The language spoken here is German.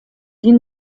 die